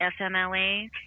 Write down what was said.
FMLA